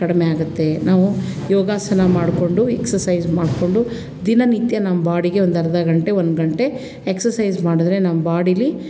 ಕಡಿಮೆ ಆಗುತ್ತೆ ನಾವು ಯೋಗಾಸನ ಮಾಡಿಕೊಂಡು ಎಕ್ಸಸೈಸ್ ಮಾಡಿಕೊಂಡು ದಿನನಿತ್ಯ ನಮ್ಮ ಬಾಡಿಗೆ ಒಂದು ಅರ್ಧ ಗಂಟೆ ಒಂದು ಗಂಟೆ ಎಕ್ಸಸೈಸ್ ಮಾಡಿದರೆ ನಮ್ಮ ಬಾಡಿಲಿ